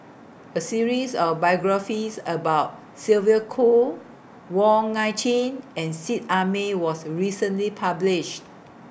A series of biographies about Sylvia Kho Wong Nai Chin and Seet Ai Mee was recently published